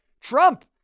Trump